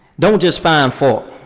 don't just find fault,